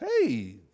Hey